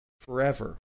forever